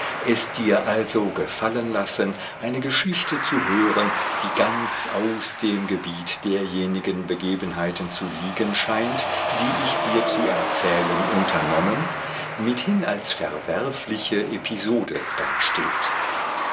es dir also gefallen lassen eine geschichte zu hören die ganz aus dem gebiet derjenigen begebenheiten zu liegen scheint die ich dir zu erzählen unternommen mithin als verwerfliche episode dasteht